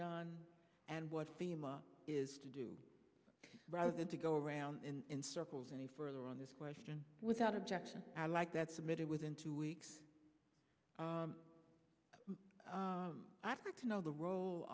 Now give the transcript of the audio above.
done and what is to do rather than to go around in circles any further on this question without objection i'd like that submitted within two weeks i know the role